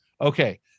Okay